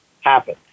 happen